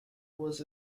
was